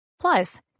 Plus